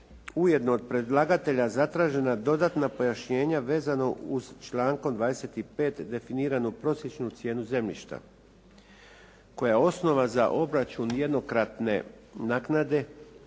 ujedno od predlagatelja zatražena dodatna pojašnjenja vezano uz člankom 25. definiranu prosječnu cijenu zemljišta koja je osnova za obračun jednokratne naknade